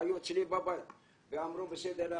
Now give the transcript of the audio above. והיו אצלי בבית ואמרו בסדר,